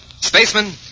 Spaceman